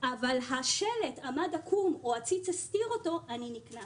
אבל השלט עמד עקום או העציץ הסתיר אותו, הוא נקנס.